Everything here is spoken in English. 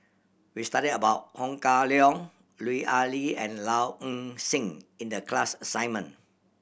we studied about Ho Kah Leong Lut Ali and Low Ing Sing in the class assignment